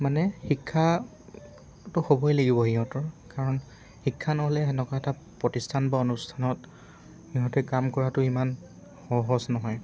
মানে শিক্ষাটো হ'বই লাগিব সিহঁতৰ কাৰণ শিক্ষা নহ'লে সেনেকুৱা এটা প্ৰতিষ্ঠান বা অনুষ্ঠানত সিহঁতে কাম কৰাটো ইমান সহজ নহয়